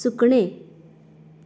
सुकणें